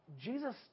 Jesus